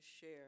share